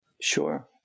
Sure